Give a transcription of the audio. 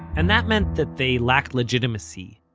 and that meant that they lacked legitimacy,